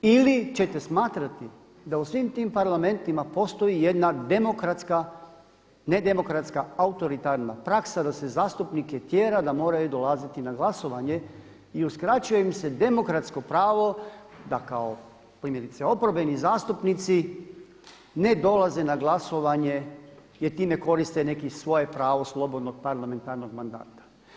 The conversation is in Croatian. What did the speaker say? Ili ćete smatrati da u svim tim parlamentima postoji jedna demokratska, nedemokratska autoritarna praksa da se zastupnike tjera da moraju dolaziti na glasovanje i uskraćuje im se demokratsko pravo da kao primjerice oporbeni zastupnici ne dolaze na glasovanje jer time koriste neko svoje pravo slobodnog parlamentarnog mandata.